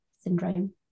syndrome